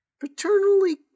paternally